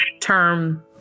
term